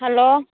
hello